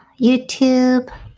YouTube